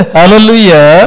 Hallelujah